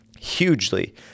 hugely